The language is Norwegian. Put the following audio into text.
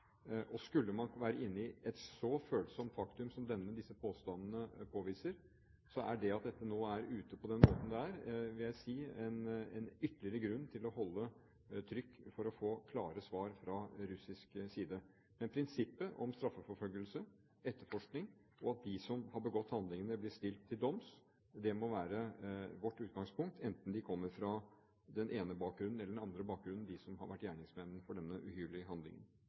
Og skulle det være et så følsomt faktum som disse påstandene viser, er det at dette nå er ute på den måten det er, en ytterligere grunn til å holde trykk for å få klare svar fra russisk side. Men prinsippet om straffeforfølgelse, etterforskning, og at de som har begått handlingene, blir stilt til doms, må være vårt utgangspunkt, enten gjerningsmennene i denne uhyrlige handlingen kommer fra den ene eller den andre bakgrunnen. Jeg har